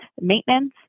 maintenance